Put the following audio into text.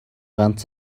ганц